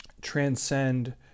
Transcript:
transcend